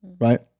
right